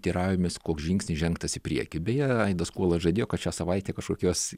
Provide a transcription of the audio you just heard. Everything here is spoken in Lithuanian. teiraujamės koks žingsnis žengtas į priekį beje aidas kuolas žadėjo kad šią savaitę kažkokios